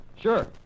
sure